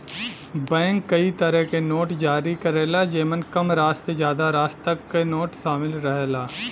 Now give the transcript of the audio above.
bank कई तरे क नोट जारी करला जेमन कम राशि से जादा राशि तक क नोट शामिल रहला